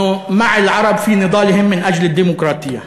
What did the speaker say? אנו מע אל-ערבּ פי נצ'אלהם מן אג'ל א-דימקרטיה.